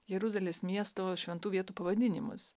jeruzalės miesto šventų vietų pavadinimus